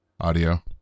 audio